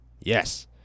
Yes